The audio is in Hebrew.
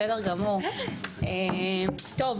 לכל